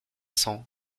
cents